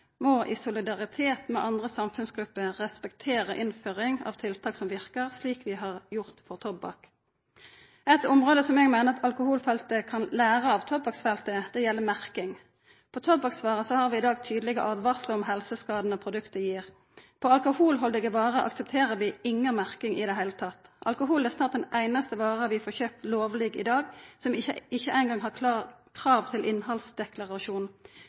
må i solidaritet med andre samfunnsgrupper respektere innføring av tiltak som verkar, slik vi har gjort for tobakk. Eit område der eg meiner alkoholfeltet kan lære av tobakksfeltet, er merking. På tobakksvarer har vi i dag tydelege åtvaringar om helseskadene produktet gir. På alkoholhaldige varer aksepterer vi inga merking i det heile. Alkohol er snart den einaste varen vi får kjøpt lovleg i dag som ikkje eingong har krav til innhaldsdeklarasjon.